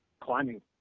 climbing